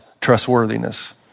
trustworthiness